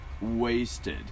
Wasted